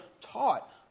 taught